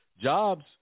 jobs